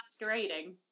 masquerading